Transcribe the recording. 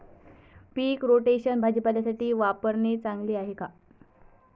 पीक rotation भाजीपाल्यासाठी वापरणे चांगले आहे का?